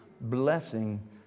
blessing